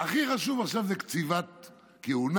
הכי חשוב עכשיו זה קציבת כהונה,